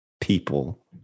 people